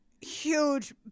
huge